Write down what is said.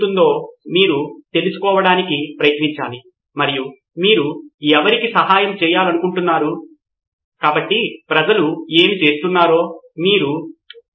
కాబట్టి మీరు ఒక పరిష్కారాన్ని రూపొందించినప్పుడల్లా మీరు దానిపై తీర్పు చెప్పాల్సిన అవసరం లేదు కానీ అది మీ సమస్యను పరిష్కరిస్తుందా మీ ప్రేక్షకులతో పరస్పర చర్యల ద్వారా అయినా లేదా మీ సహోద్యోగులను తనిఖీ చేయమని అడగండి